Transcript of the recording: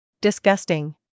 Disgusting